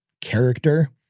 character